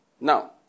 Now